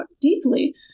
deeply